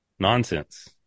nonsense